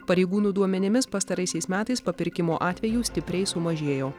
pareigūnų duomenimis pastaraisiais metais papirkimo atvejų stipriai sumažėjo